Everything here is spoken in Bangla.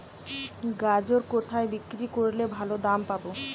গাজর কোথায় বিক্রি করলে ভালো দাম পাব?